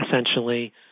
essentially